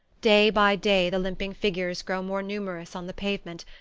day by day the limping figures grow more numerous on the pavement,